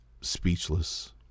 speechless